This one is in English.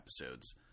episodes